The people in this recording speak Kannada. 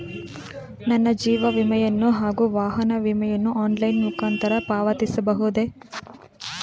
ನನ್ನ ಜೀವ ವಿಮೆಯನ್ನು ಹಾಗೂ ವಾಹನ ವಿಮೆಯನ್ನು ಆನ್ಲೈನ್ ಮುಖಾಂತರ ಪಾವತಿಸಬಹುದೇ?